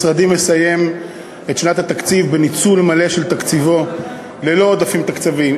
משרדי מסיים את שנת התקציב בניצול מלא של תקציבו וללא עודפים תקציביים.